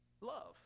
love